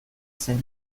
zen